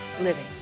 Living